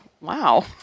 Wow